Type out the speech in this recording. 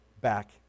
back